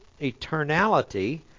eternality